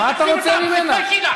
מה אתה רוצה ממנה?